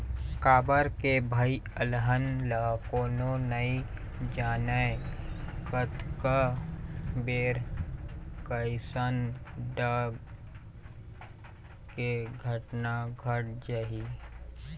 काबर के भई अलहन ल कोनो नइ जानय कतका बेर कइसन ढंग के घटना घट जाही